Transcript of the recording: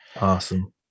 Awesome